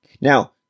Now